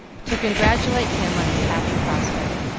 to congratulate him on his happy prospect,